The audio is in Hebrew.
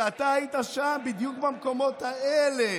שאתה היית שם בדיוק במקומות האלה,